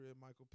Michael